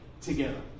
together